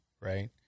right